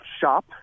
shop